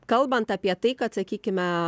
kalbant apie tai kad sakykime